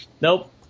nope